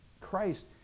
Christ